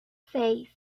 seis